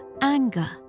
anger